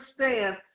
understand